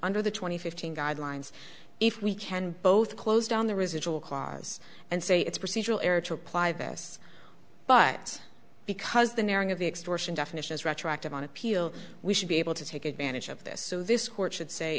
and fifteen guidelines if we can both close down the residual clause and say it's procedural error to apply this but because the narrowing of the extortion definition is retroactive on appeal we should be able to take advantage of this so this court should say